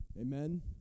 Amen